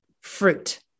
fruit